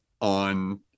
on